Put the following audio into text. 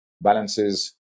balances